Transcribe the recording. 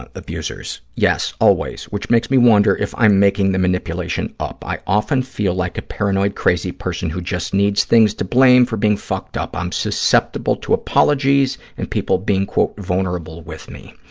abusers? yes, always, which makes me wonder if i'm making the manipulation up. i often feel like a paranoid crazy person who just needs things to blame for being fucked up. i'm susceptible to apologies and people being, quote, vulnerable with me.